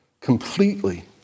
completely